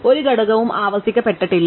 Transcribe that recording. ഒരു ഘടകവും ആവർത്തിക്കപ്പെട്ടില്ല